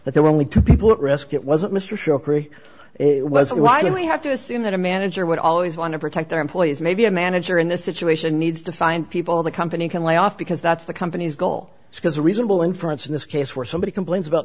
that there were only two people at risk it wasn't mr shokri it was why did we have to assume that a manager would always want to protect their employees maybe a manager in this situation needs to find people the company can lay off because that's the company's goal because a reasonable inference in this case where somebody complains about